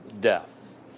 death